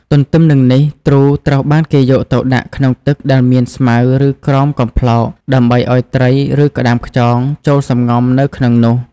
ទទឹមនឹងនេះ ទ្រូត្រូវបានគេយកទៅដាក់ក្នុងទឹកដែលមានស្មៅឬក្រោមកំប្លោក ដើម្បីឱ្យត្រី ឬក្ដាមខ្យង ចូលសំងំនៅក្នុងនោះ។